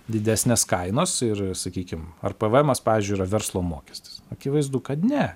didesnės kainos ir sakykim ar pėvėemas pavyzdžiui yra verslo mokestis akivaizdu kad ne